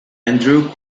andrew